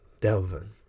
Delvin